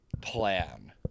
plan